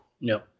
No